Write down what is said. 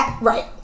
Right